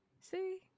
See